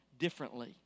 differently